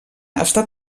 està